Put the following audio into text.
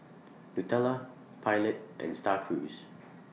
Nutella Pilot and STAR Cruise